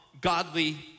godly